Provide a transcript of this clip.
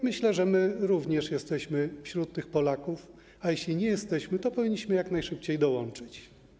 Myślę, że my również jesteśmy wśród tych Polaków, a jeśli nie jesteśmy, to powinniśmy jak najszybciej dołączyć.